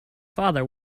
father